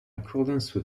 accordance